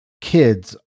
kids